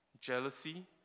jealousy